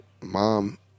mom